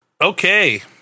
Okay